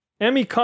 Emmy